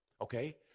Okay